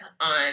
on